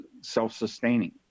self-sustaining